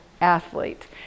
athlete